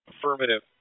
Affirmative